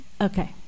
Okay